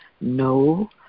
no